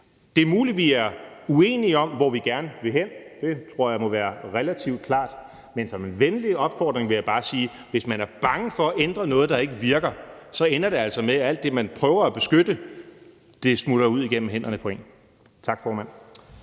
Det er muligt, at vi er uenige om, hvor vi gerne vil hen – det tror jeg må være relativt klart – men som en venlig opfordring vil jeg bare sige, at hvis man er bange for at ændre noget, der ikke virker, så ender det altså med, at alt det, man prøver at beskytte, smuldrer ud igennem hænderne på en. Tak, formand.